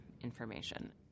information